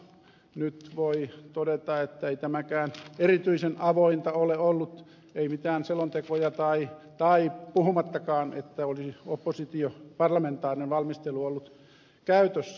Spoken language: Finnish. nyt voi todeta että ei tämäkään erityisen avointa ole ollut ei mitään selontekoja puhumattakaan että olisi parlamentaarinen valmistelu ollut käytössä